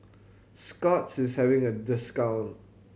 Scott's is having a discount